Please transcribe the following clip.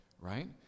right